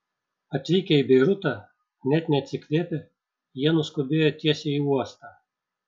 atvykę į beirutą net neatsikvėpę jie nuskubėjo tiesiai į uostą